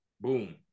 boom